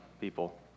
people